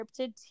scripted